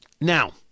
Now